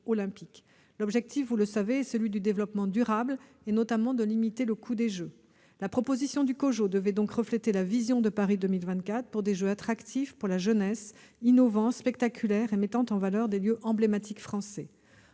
L'objectif, vous le savez, est le développement durable. Il s'agit notamment de limiter le coût des Jeux. La proposition du COJO devait donc refléter la vision de Paris 2024. Les Jeux doivent être attractifs pour la jeunesse, innovants, spectaculaires et mettre en valeur des lieux emblématiques français.